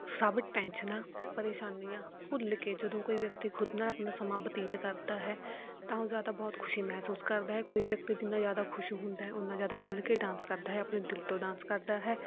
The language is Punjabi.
ਸਭ ਟੈਨਸ਼ਨਾਂ ਪਰੇਸ਼ਾਨੀਆਂ ਭੁੱਲ ਕੇ ਜਦੋਂ ਕੋਈ ਵਿਅਕਤੀ ਖੁਦ ਨਾਲ ਆਪਣਾ ਸਮਾਂ ਬਤੀਤ ਕਰਦਾ ਹੈ ਤਾਂ ਉਹ ਜਾਂ ਤਾਂ ਬਹੁਤ ਖੁਸ਼ੀ ਮਹਿਸੂਸ ਕਰਦਾ ਹੈ ਕੋਈ ਵਿਅਕਤੀ ਜਿੰਨਾ ਜ਼ਿਆਦਾ ਖੁਸ਼ ਹੁੰਦਾ ਹੈ ਓਨਾਂ ਜ਼ਿਆਦਾ ਖੁੱਲ੍ਹ ਕੇ ਡਾਂਸ ਕਰਦਾ ਹੈ ਆਪਣੇ ਦਿਲ ਤੋਂ ਡਾਂਸ ਕਰਦਾ ਹੈ